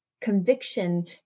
conviction